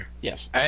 Yes